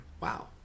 Wow